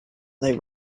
they